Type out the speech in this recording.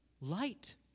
light